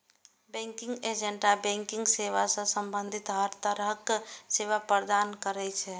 banking agent banking सेवा सं संबंधित हर तरहक सेवा प्रदान करै छै